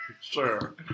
Sure